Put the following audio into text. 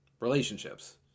relationships